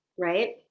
right